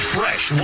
Fresh